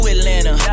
Atlanta